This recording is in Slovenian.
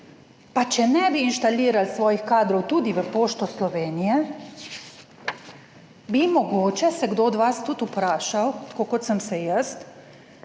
pa če ne bi inštalirali svojih kadrov tudi v Pošto Slovenije, bi mogoče se kdo od vas tudi vprašal, tako kot sem se jaz,